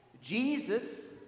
Jesus